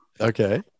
Okay